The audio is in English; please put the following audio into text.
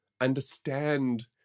understand